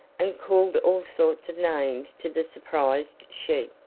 and called all sorts of names to the surprised sheep,